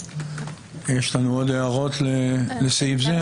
יש עוד הערות לסעיף זה?